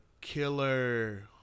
killer